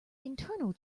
internal